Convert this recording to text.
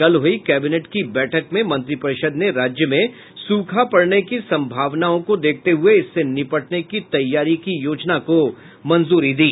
कल हुई कैबिनेट की बैठक में मंत्रीपरिषद ने राज्य में सूखा पड़ने की सम्भावनाओं को देखते हुए इससे निपटने की तैयारी की योजना को मंजूरी दी